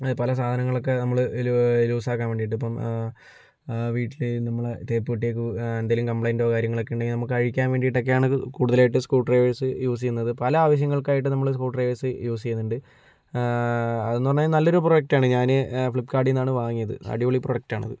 പല സാധങ്ങളൊക്കെ നമ്മൾ ലൂസ് ആക്കാൻ വേണ്ടിയിട്ട് ഇപ്പോൾ വീട്ടിൽ നമ്മളെ തേപ്പ് പെട്ടി ഒക്കെ എന്തെങ്കിലും കംപ്ലൈന്റോ കാര്യങ്ങളൊക്കെ ഉണ്ടെങ്കിൽ നമുക്ക് അഴിക്കാൻ വേണ്ടിയിട്ടൊക്കെ ആണ് കൂടുതലായിട്ടും സ്ക്രൂ ഡ്രൈവേഴ്സ് യൂസ് ചെയ്യുന്നത് പല ആവശ്യങ്ങൾക്ക് ആയിട്ട് നമ്മൾ സ്ക്രൂ ഡ്രൈവേഴ്സ് യൂസ് ചെയുന്നുണ്ട് അതെന്ന് പറഞ്ഞാൽ നല്ലൊരു പ്രോഡക്ടാണ് ഞാൻ ഫ്ലിപ്പ്കാർട്ടിൽ നിന്നാണ് വാങ്ങിയത് അടിപൊളി പ്രൊഡക്ടാണ് അത്